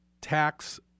tax